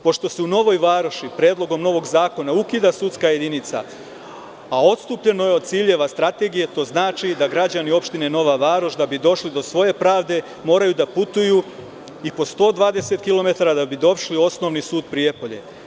Pošto se u Novoj Varoši predlogom novog zakona ukida sudska jedinica, a odstupljeno je od ciljeva strategije, to znači da građani opštine Nova Varoš da bi došli do svoje pravde moraju da putuju i po 120 kilometara da bi došli u osnovni sud Prijepolje.